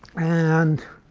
and